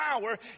power